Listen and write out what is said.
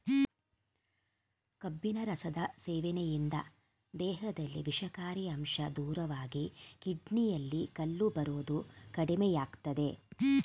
ಕಬ್ಬಿನ ರಸದ ಸೇವನೆಯಿಂದ ದೇಹದಲ್ಲಿ ವಿಷಕಾರಿ ಅಂಶ ದೂರವಾಗಿ ಕಿಡ್ನಿಯಲ್ಲಿ ಕಲ್ಲು ಬರೋದು ಕಡಿಮೆಯಾಗ್ತದೆ